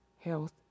health